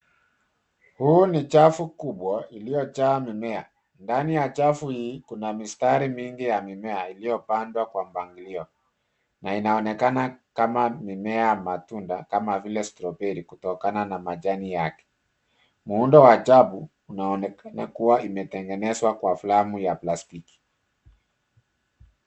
Huu ni chafu kubwa iliojaa mimea, ndani ya chafu hii kuna mistari mingi ya mimea ilio pandwa kwa mpangilio na inaonekana kama mimea ya matunda kama vile strawberry tukokana na majani yake. Muundo wa chafu unaonekana kuwa imetengenezwa kwa flamu ya plastiki.